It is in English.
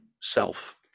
self